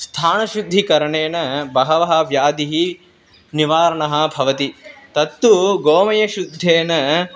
स्थानशुद्धिकरणेन बहवः व्याधयः निवारणं भवति तत्तु गोमयशुद्धेन